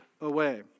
away